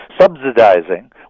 subsidizing